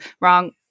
Wrong